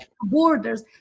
borders